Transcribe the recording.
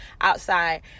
outside